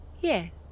Yes